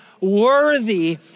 worthy